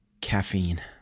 caffeine